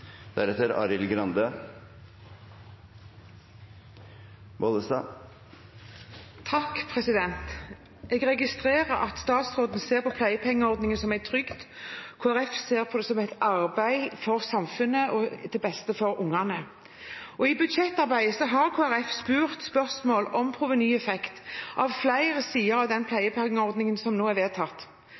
Jeg registrerer at statsråden ser på pleiepengeordningen som en trygd. Kristelig Folkeparti ser på det som et arbeid for samfunnet til beste for ungene. I budsjettarbeidet har Kristelig Folkeparti stilt spørsmål om provenyeffekt av flere sider av den pleiepengeordningen som nå er vedtatt.